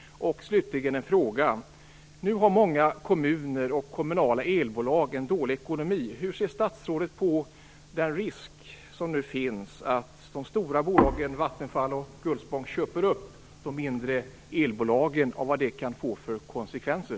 Slutligen har jag några frågor. Nu har många kommuner och kommunala elbolag dålig ekonomi. Hur ser statsrådet på den risk som finns för att de stora bolagen, Vattenfall och Gullspång, köper upp de mindre elbolagen? Vilka konsekvenser kan det få?